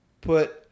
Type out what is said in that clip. put